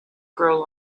grow